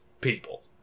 people